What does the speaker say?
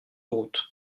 route